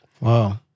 Wow